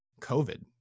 COVID